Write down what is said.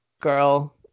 Girl